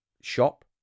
shop